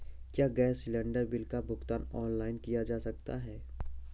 क्या gas cylinder bill का भुगतान ऑनलाइन किया जा सकता है?